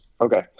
Okay